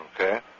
Okay